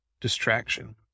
distraction